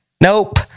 nope